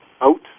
out